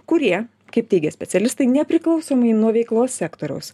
kurie kaip teigia specialistai nepriklausomai nuo veiklos sektoriaus